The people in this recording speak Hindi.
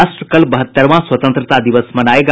राष्ट्र कल बहत्तरवां स्वतंत्रता दिवस मनाएगा